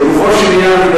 לגופו של עניין,